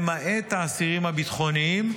למעט האסירים הביטחוניים,